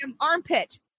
armpit